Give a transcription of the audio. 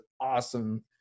awesome